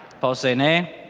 say nay.